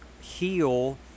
heal